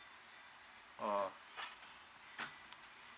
orh